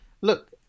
look